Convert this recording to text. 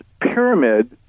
pyramid